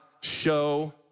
show